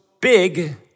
big